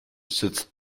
sitzt